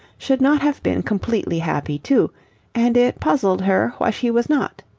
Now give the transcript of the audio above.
should not have been completely happy too and it puzzled her why she was not.